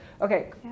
Okay